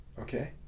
Okay